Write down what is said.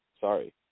Sorry